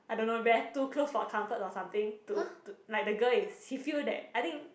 I don't know comfort or something to to like the girl she feels that I think